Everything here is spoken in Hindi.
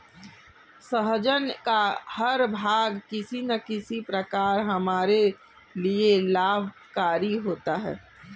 सहजन का हर भाग किसी न किसी प्रकार हमारे लिए लाभकारी होता है